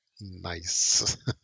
nice